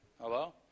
Hello